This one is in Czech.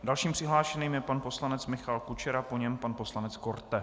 Dalším přihlášeným je pan poslanec Michal Kučera, po něm pan poslanec Korte.